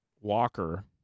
walker